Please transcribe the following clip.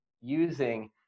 using